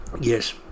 Yes